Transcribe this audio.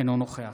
אינו נוכח